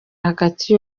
hagati